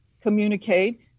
communicate